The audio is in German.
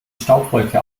staubwolke